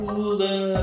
Cooler